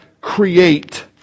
create